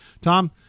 Tom